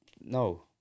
No